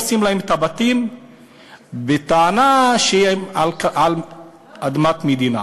הורסים להם את הבתים בטענה שהם על אדמת מדינה.